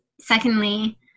secondly